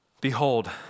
Behold